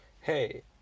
Hey